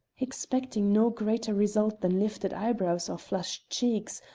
expecting no greater result than lifted eyebrows or flushed cheeks,